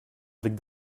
avec